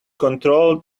control